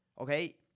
Okay